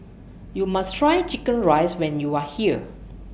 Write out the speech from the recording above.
YOU must Try Chicken Rice when YOU Are here